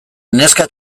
neska